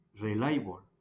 reliable